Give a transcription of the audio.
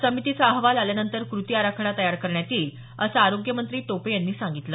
समितीचा अहवाल आल्यानंतर कृती आराखडा तयार करण्यात येईल असे आरोग्यमंत्री टोपे यांनी सांगितलं